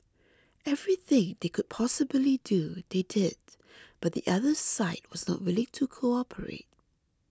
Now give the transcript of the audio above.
everything they could possibly do they did but the other side was not willing to cooperate